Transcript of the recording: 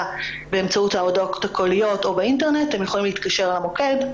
באמצעות ההודעות הקוליות או באינטרנט והם יכולים להתקשר למוקד.